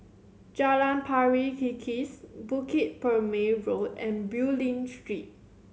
Jalan Pari Kikis Bukit Purmei Road and Bulim Street